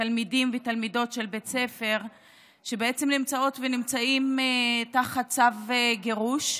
תלמידים ותלמידות של בית ספר שבעצם נמצאות ונמצאים תחת צו גירוש.